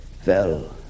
fell